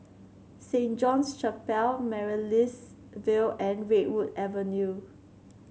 Saint John's Chapel Amaryllis Ville and Redwood Avenue